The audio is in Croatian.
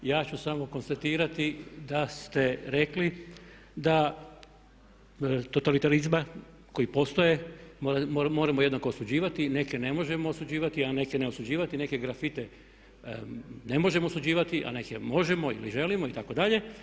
Ja ću samo konstatirati da ste rekli da totalitarizma koji postoje moramo jednako osuđivati, neke ne možemo osuđivati, a neke ne osuđivati, neke grafite ne možemo osuđivati a neke možemo ili želimo itd.